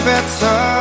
better